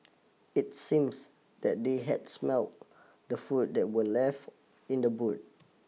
it seems that they had smelt the food that were left in the boot